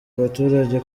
abaturage